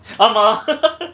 ஆமா:aama